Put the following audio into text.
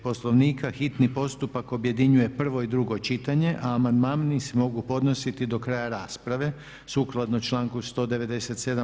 Poslovnika hitni postupak objedinjuje prvo i drugo čitanje a amandmani se mogu podnositi do kraja rasprave sukladno članku 197.